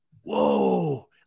Whoa